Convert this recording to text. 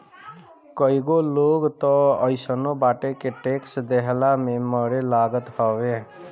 कईगो लोग तअ अइसनो बाटे के टेक्स देहला में मरे लागत हवे